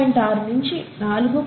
6 నించి 4